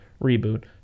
reboot